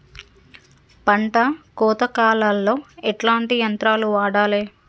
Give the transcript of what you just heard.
పంట కోత కాలాల్లో ఎట్లాంటి యంత్రాలు వాడాలే?